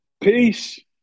Peace